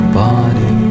body